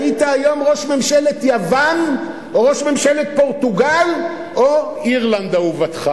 היית היום ראש ממשלת יוון או ראש ממשלת פורטוגל או אירלנד אהובתך.